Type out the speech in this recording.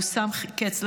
והוא שם קץ לחייו.